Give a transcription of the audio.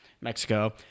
Mexico